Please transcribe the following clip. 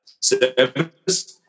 service